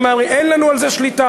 ואין לנו על זה שליטה.